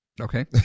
Okay